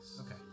Okay